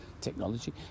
technology